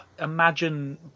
Imagine